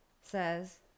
says